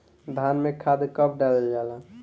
धान में खाद कब डालल जाला?